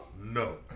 No